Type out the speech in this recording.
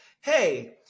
Hey